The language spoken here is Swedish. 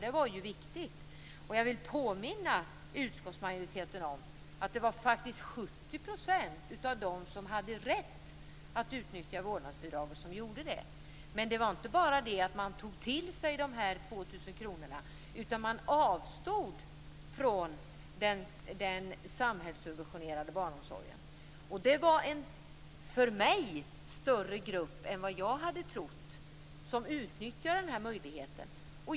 Det var viktigt. Jag vill påminna utskottsmajoriteten om att det faktiskt vra 70 % av dem som hade rätt att utnyttja vårdnadsbidraget som gjorde det. Men det var inte bara att de tog till sig 2 000 kr utan de avstod från den samhällssubventionerade barnomsorgen. Det var en för mig större grupp än vad jag hade trott som utnyttjade den möjligheten.